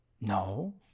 No